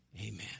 amen